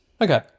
Okay